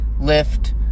lift